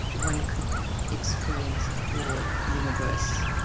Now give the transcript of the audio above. one could experience the whole universe,